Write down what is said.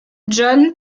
jon